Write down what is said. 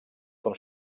com